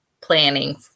planning